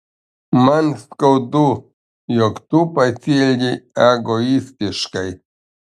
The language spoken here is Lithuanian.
man skaudu jog tu pasielgei egoistiškai